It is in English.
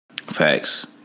Facts